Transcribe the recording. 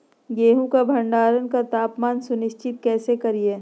गेहूं का भंडारण का तापमान सुनिश्चित कैसे करिये?